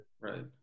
right